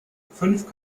fünf